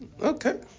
Okay